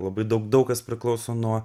labai daug daug kas priklauso nuo